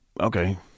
okay